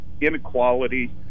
inequality